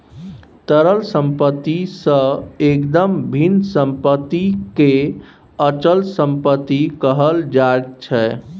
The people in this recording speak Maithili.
तरल सम्पत्ति सँ एकदम भिन्न सम्पत्तिकेँ अचल सम्पत्ति कहल जाइत छै